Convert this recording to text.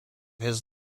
his